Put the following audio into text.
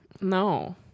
No